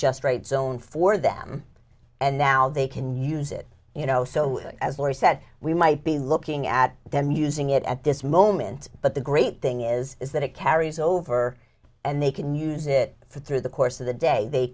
just great zone for them and now they can use it you know so as laurie said we might be looking at them using it at this moment but the great thing is is that it carries over and they can use it for through the course of the day they